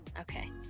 okay